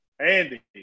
Andy